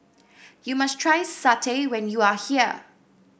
you must try satay when you are here